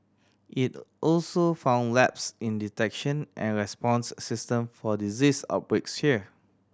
it also found lapse in detection and response system for disease outbreaks here